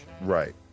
Right